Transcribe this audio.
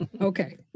Okay